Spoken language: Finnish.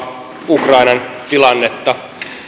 ukrainan tilannetta